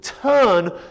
turn